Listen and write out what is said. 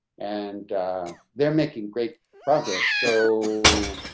and they're making great progress. so